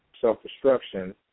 Self-Destruction